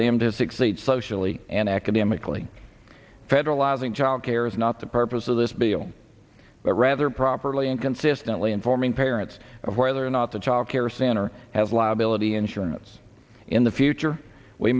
them to succeed socially and academically federalizing childcare is not the purpose of this bill but rather properly and consistently informing parents of whether or not the childcare center has liability insurance in the future we